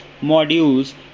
modules